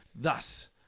thus